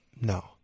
No